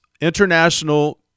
international